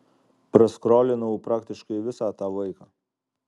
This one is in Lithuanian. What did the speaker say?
praskrolinau praktiškai visą tą laiką